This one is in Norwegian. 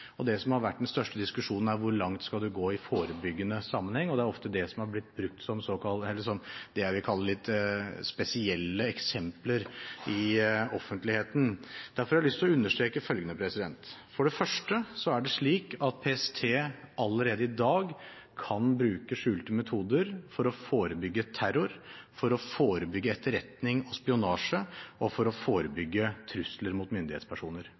etterforskningssammenheng. Det som har vært den største diskusjonen, er hvor langt en skal gå i forebyggende sammenheng, og det er ofte det som er blitt brukt som det jeg vil kalle litt spesielle eksempler, i offentligheten. Derfor har jeg lyst til å understreke følgende: For det første er det slik at PST allerede i dag kan bruke skjulte metoder for å forebygge terror, for å forebygge etterretning og spionasje og for å forebygge trusler mot myndighetspersoner.